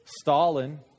Stalin